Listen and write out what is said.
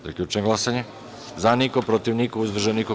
Zaključujem glasanje: za – niko, protiv – niko, uzdržanih – nema.